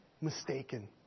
mistaken